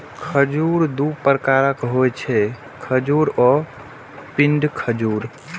खजूर दू प्रकारक होइ छै, खजूर आ पिंड खजूर